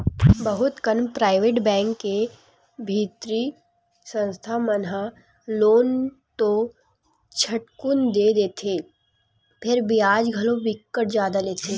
बहुत कन private bank के बित्तीय संस्था मन ह लोन तो झटकुन दे देथे फेर बियाज घलो बिकट जादा लेथे